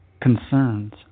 concerns